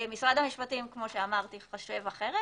משרד המשפטים חושב אחרת.